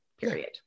Period